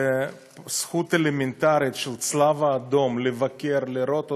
לזכות האלמנטרית של הצלב האדום לבקר ולראות אותם,